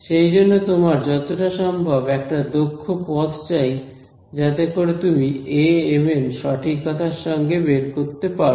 সেই জন্য তোমার যতটা সম্ভব একটা দক্ষ পথ চাই যাতে করে তুমি amn সঠিকতার সঙ্গে বের করতে পারো